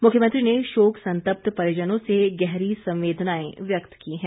मुख्यमंत्री ने शोक संतप्त परिजनों से गहरी संवेदनाएं व्यक्त की है